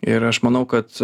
ir aš manau kad